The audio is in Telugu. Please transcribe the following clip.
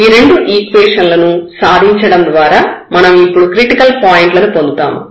ఈ రెండు ఈక్వేషన్ లను సాధించడం ద్వారా మనం ఇప్పుడు క్రిటికల్ పాయింట్లను పొందుతాము